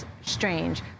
Strange